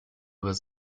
was